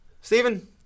Stephen